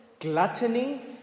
Gluttony